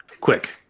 quick